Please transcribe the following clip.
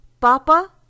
Papa